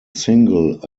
single